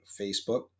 facebook